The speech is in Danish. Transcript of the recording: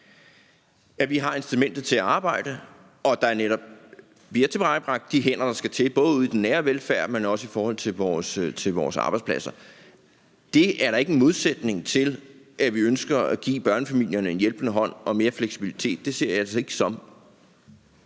at vi har incitamentet til at arbejde, og at der netop bliver tilvejebragt de hænder, der skal til, både ude i den nære velfærd, men også i forhold til vores arbejdspladser. Det er da ikke en modsætning til, at vi ønsker at give børnefamilierne en hjælpende hånd og mere fleksibilitet. Det ser jeg det ikke som.